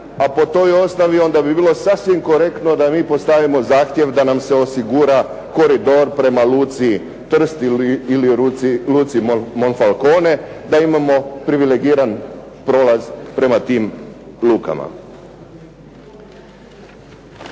a po toj osnovi onda bi bilo sasvim korektno da mi postavimo zahtjev da nam se osigura koridor prema luci Trst ili luci Monfalcone da imamo privilegirani prolaz prema tim lukama.